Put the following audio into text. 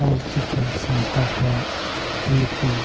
ᱚᱞᱪᱤᱠᱤ ᱥᱟᱱᱛᱟᱲ ᱠᱚᱣᱟᱜ ᱞᱤᱯᱤ